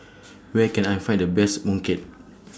Where Can I Find The Best Mooncake